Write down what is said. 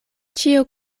ĉio